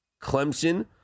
Clemson